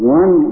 one